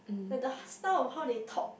like the style of how they talk